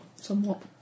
Somewhat